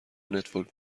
نتورک